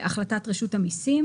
החלטת רשות המיסים.